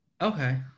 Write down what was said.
Okay